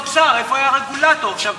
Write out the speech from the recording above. עכשיו,